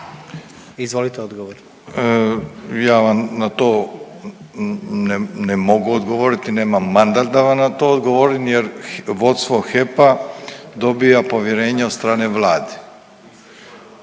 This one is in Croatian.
**Milatić, Ivo** Ja vam na to ne mogu odgovoriti, nemam … da vam na to odgovorim jer vodstvo HEP-a dobija povjerenje od strane Vladi.